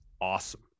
awesome